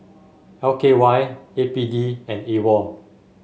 L K Y A P D and A WOL